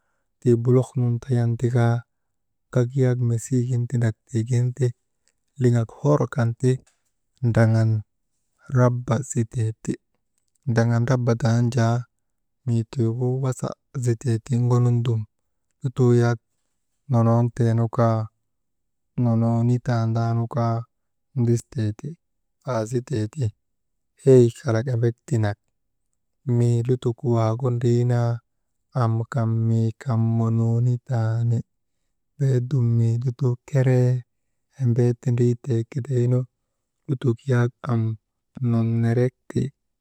Tii buluk nun tayan tikaa gak yak mesigin tindak tiigin ti liŋak hor kan ti draŋan raba zitee ti, draŋan raba dan jaa mii tiigu wasa zitee ti ŋonun dum lutoo yak nonotee nu kaa nonontandaanu kaa ndistee ti, aa zitee ti, hey kalak embek dinak mii lutok waagu ndriinaa am kan mii kan monoonitani, beedum mii lutoo keree embee ti ndritee gidaynu, lutok yak am nonnorek ti.